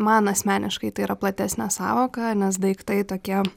man asmeniškai tai yra platesnė sąvoka nes daiktai tokie